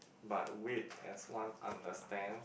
but wait as one understands